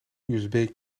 usb